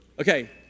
Okay